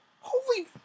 Holy